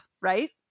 right